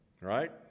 Right